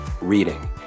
reading